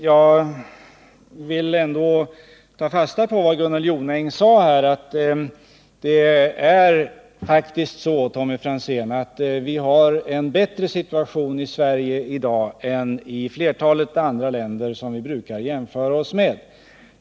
Jag vill instämma i vad Gunnel Jonäng sade, nämligen att det faktiskt är så, Tommy Franzén, att situationen i dag i Sverige är bättre än i flertalet andra länder som vi brukar göra jämförelser med.